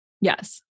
Yes